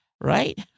Right